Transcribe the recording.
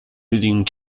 reading